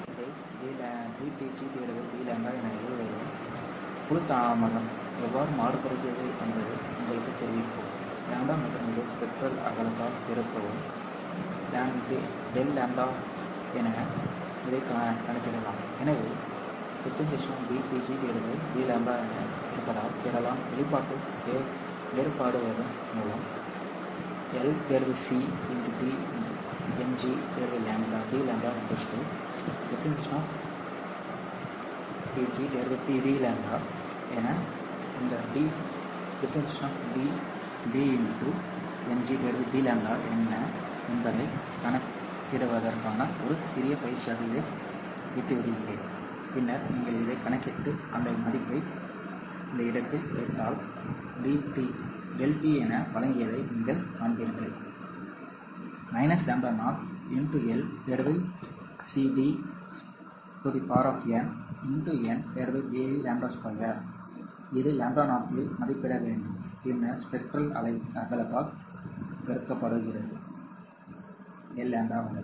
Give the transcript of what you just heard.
இதை dτg dλ என எழுதுவது குழு தாமதம் எவ்வாறு மாறுபடுகிறது என்பதை இது உங்களுக்குத் தெரிவிக்கும் λ மற்றும் இதை ஸ்பெக்ட்ரல் அகலத்தால் பெருக்கவும் ∆λ எனவே இதைக் கணக்கிடலாம் எனவே dτg dλ ஆக இருப்பதால் பெறலாம் வெளிப்பாட்டை வேறுபடுத்துவதன் மூலம் L c d Ng dλ d τg dλ இந்த dNg dλ என்ன என்பதைக் கணக்கிடுவதற்கான ஒரு சிறிய பயிற்சியாக இதை விட்டு விடுகிறேன் பின்னர் நீங்கள் இதைக் கணக்கிட்டு அந்த மதிப்பை இந்த இடத்தில் வைத்தால் ∆τ by வழங்கியதை நீங்கள் காண்பீர்கள் λ 0 L cd 2n d λ2 இது λ0 இல் மதிப்பிட வேண்டும் பின்னர் ஸ்பெக்ட்ரல் அகலத்தால் பெருக்கப்படுகிறது ∆ λ வலது